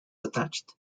attached